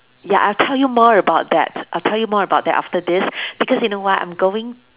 ya I'll tell you more about that I'll tell you more about that after this because in a while I'm going